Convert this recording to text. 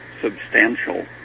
substantial